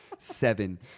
Seven